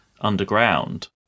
underground